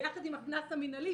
ביחד עם הקנס המנהלי,